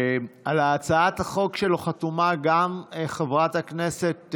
על הצעת החוק שלו חתומים גם חברת הכנסת